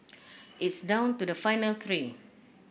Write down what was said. it's down to the final three